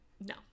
No